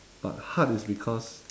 but hard is because